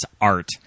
art